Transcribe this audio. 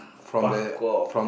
pakour